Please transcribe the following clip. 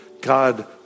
God